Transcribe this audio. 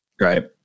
right